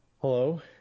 Hello